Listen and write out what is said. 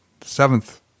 seventh